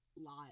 lot